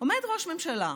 עומד ראש ממשלה,